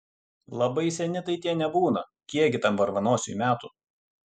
labai seni tai tie nebūna kiekgi tam varvanosiui metų